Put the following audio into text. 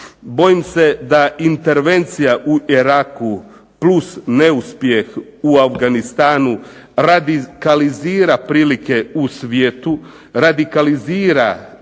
Bojim se da intervencija u Iraku plus neuspjeh u Afganistanu radikalizira prilike u svijetu, radikalizira